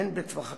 הן בטווח הקצר,